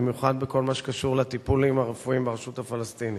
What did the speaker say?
במיוחד בכל מה שקשור לטיפולים הרפואיים ברשות הפלסטינית.